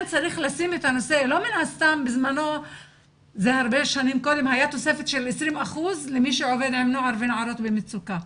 לא סתם בזמנו הייתה תוספת של 20% למי שעבד עם נוער ונערות במצוקה,